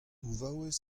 vaouez